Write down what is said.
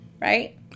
right